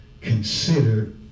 consider